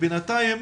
בינתיים,